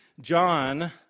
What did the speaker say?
John